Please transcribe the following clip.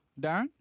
Darren